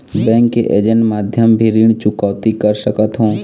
Bank के agent माध्यम भी ऋण चुकौती कर सकथों?